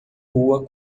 rua